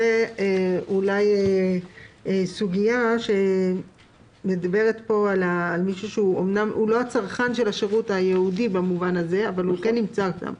זו סוגיה שמתייחסת אמנם לא לצרכן של השירות הייעודי אבל הוא כן נמצא שם.